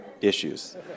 issues